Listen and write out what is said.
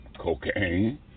cocaine